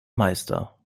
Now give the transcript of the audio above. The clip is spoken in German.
meister